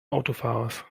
autofahrers